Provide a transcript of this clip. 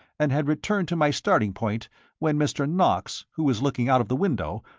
and had returned to my starting-point when mr. knox, who was looking out of the window,